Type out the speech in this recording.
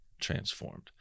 transformed